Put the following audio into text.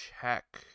check